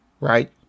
Right